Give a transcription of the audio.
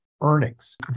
earnings